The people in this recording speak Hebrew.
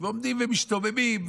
ועומדים ומשתוממים,